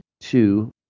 two